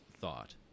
thought